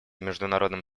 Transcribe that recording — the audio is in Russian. международным